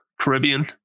Caribbean